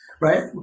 right